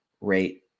rate